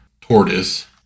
Tortoise